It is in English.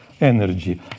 energy